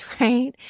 right